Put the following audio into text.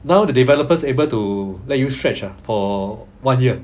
now the developers able to let you stretch for one year